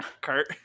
Kurt